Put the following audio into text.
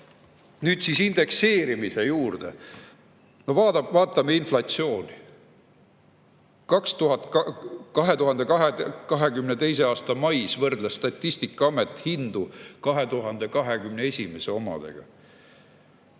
Nüüd indekseerimise juurde. Vaatame inflatsiooni. 2022. aasta mais võrdles Statistikaamet hindu 2021. aasta